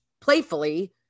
playfully